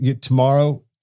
tomorrow